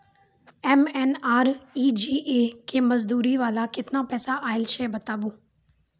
MNREGA के मज़दूरी वाला केतना पैसा आयल छै बताबू?